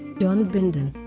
john bindon,